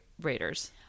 Raiders